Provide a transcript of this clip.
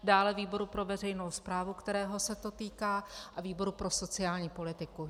Dále výboru pro veřejnou správu, kterého se to týká, a výboru pro sociální politiku.